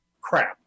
crap